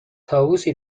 طاووسی